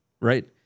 Right